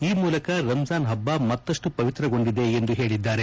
ಈ ಮೂಲಕ ರಂಜಾನ್ ಹಬ್ಬ ಮತ್ತಷ್ಟು ಪವಿತ್ರಗೊಂಡಿದೆ ಎಂದು ಹೇಳಿದ್ದಾರೆ